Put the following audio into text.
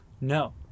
No